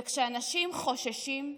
וכשאנשים חוששים,